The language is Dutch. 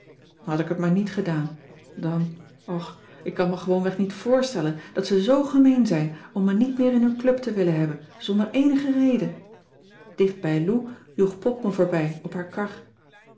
had ik het maar niet gedaan dan och ik kan t me gewoonweg niet voorstellen dat ze zoo gemeen zijn om me niet meer in hun club te willen hebben zonder eenige reden dicht bij lou joeg pop me voorbij op haar kar